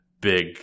big